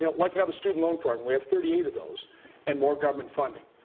you know like and the student loan program. we have thirty eight of those and more government funding.